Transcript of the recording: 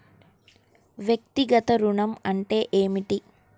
వ్యక్తిగత ఋణం అంటే ఏమిటి?